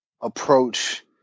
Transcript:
approach